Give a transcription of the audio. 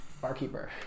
barkeeper